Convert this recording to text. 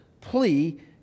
plea